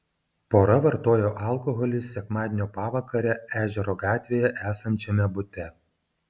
pora vartojo alkoholį sekmadienio pavakarę ežero gatvėje esančiame bute